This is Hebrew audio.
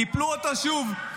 קיפלו אותו שוב.